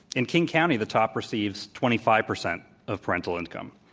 in king county, the top receives twenty five percent of parental income.